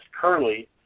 Curly